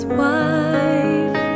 wife